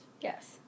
Yes